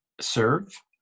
serve